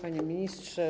Panie Ministrze!